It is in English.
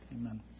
Amen